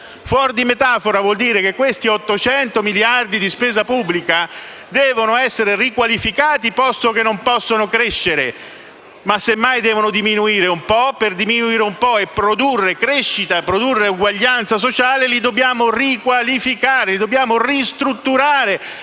Fuor di metafora vuol dire che gli 800 miliardi di euro di spesa pubblica devono essere riqualificati, posto che non possono crescere, ma semmai devono diminuire un po'. Per farli diminuire un po' e produrre crescita e uguaglianza sociale, li dobbiamo riqualificare, ristrutturando